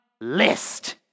list